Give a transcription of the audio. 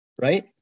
right